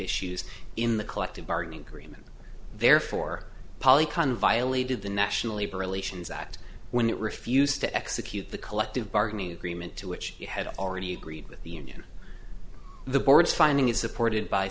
issues in the collective bargaining agreement therefore poly kind of violating the national labor relations act when it refused to execute the collective bargaining agreement to which it had already agreed with the union the board's finding is supported by